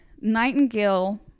Nightingale